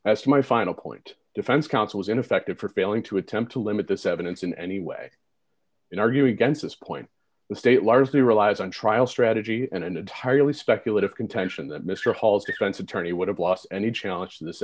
as my final point defense counsel is ineffective for failing to attempt to limit this evidence in any way in arguing against this point the state largely relies on trial strategy and an entirely speculative contention that mr hall's defense attorney would have lost any challenge this